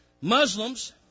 Muslims